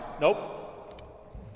nope